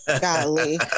Golly